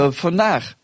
vandaag